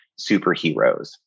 superheroes